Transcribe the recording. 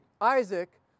Isaac